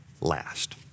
last